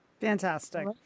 Fantastic